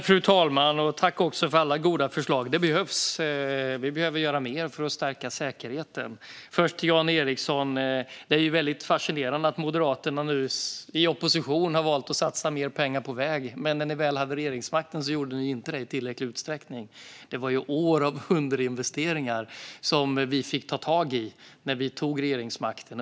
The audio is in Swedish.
Fru talman! Jag tackar för alla goda förslag. De behövs, för vi behöver göra mer för att stärka säkerheten. Det är fascinerande, Jan Ericson, att Moderaterna nu i opposition har valt att satsa mer pengar på väg, men när ni väl hade regeringsmakten gjorde ni inte det i tillräcklig utsträckning. Det var år av underinvesteringar som vi fick ta tag i när vi tog regeringsmakten.